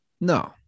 No